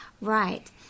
Right